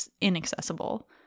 inaccessible